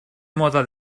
moda